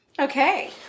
Okay